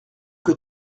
que